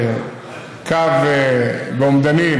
זה קו באומדנים